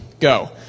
go